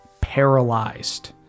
paralyzed